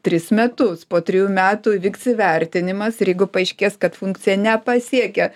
tris metus po trijų metų įvyks įvertinimas ir jeigu paaiškės kad funkcija nepasiekia